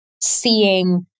seeing